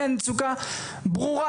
כי המצוקה ברורה.